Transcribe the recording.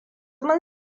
mun